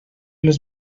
les